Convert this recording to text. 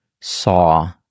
saw